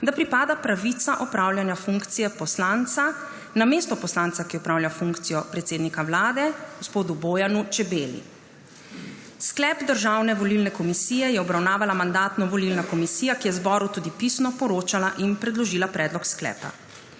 da pripada pravica opravljanja funkcije poslanca namesto poslanca, ki opravlja funkcijo predsednika Vlade, gospodu Bojanu Čebeli. Sklep Državne volilne komisije je obravnavala Mandatno-volilna komisija, ki je zboru tudi pisno poročala in predložila predlog sklepa.